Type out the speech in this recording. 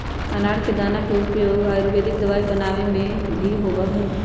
अनार के दाना के उपयोग आयुर्वेदिक दवाई बनावे में भी होबा हई